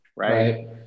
Right